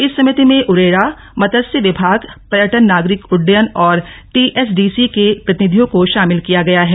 इस समिति में उरेडा मत्स्य विभाग पर्यटन नागरिक उड्डयन और टीएचडीसी के प्रतिनिधियों को शामिल किया गया है